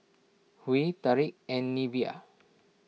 Huey Tariq and Neveah